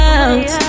out